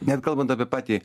net kalbant apie patį